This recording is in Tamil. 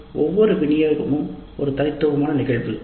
ஏனெனில் ஒவ்வொரு விநியோகமும் ஒரு தனித்துவமான நிகழ்வு